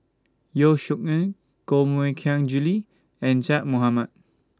Yeo Shih Yun Koh Mui Hiang Julie and Zaqy Mohamad